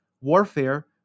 Warfare